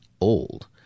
old